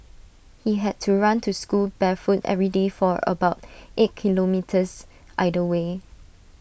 he had to run to school barefoot every day for about eight kilometres either way